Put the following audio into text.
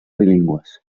bilingües